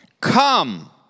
Come